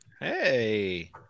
Hey